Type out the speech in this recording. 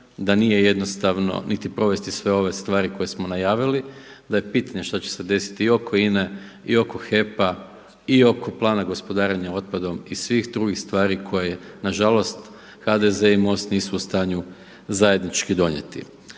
da nije jednostavno niti provesti sve ove stvari koje smo najavili, da je pitanje što će se desiti i oko INA-e i oko HEP-a i oko Plana gospodarenja otpadom i svih drugih stvari koje nažalost HDZ i Most nisu u stanju zajednički donijeti.